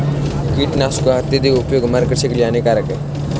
कीटनाशकों का अत्यधिक उपयोग हमारे कृषि के लिए हानिकारक है